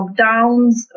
lockdowns